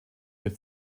mit